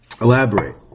Elaborate